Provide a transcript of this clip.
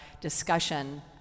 discussion